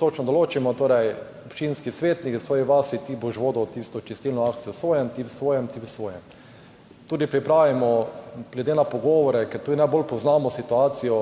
točno določimo občinski svetniki v svoji vasi, ti boš vodil tisto čistilno akcijo v svojem, ti v svojem, ti v svojem. Tudi pripravimo glede na pogovore, ker tudi najbolj poznamo situacijo,